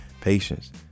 patience